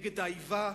נגד האיבה,